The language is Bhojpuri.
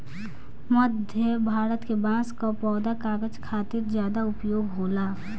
मध्य भारत के बांस कअ पौधा कागज खातिर ज्यादा उपयोग होला